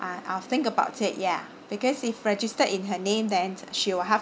I I'll think about it ya because if registered in her name then she'll have